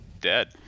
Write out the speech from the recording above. dead